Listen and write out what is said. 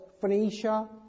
Phoenicia